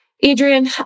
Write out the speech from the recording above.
Adrian